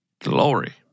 Glory